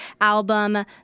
album